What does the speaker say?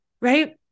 right